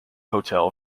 hotel